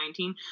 2019